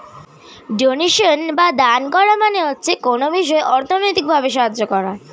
donation বা দান করা মানে হচ্ছে কোনো বিষয়ে অর্থনৈতিক ভাবে সাহায্য করা